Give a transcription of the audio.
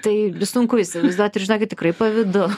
tai vis sunku įsivaizduoti ir žinokit tikrai pavydu